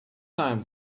time